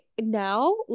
now